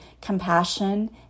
compassion